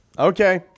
Okay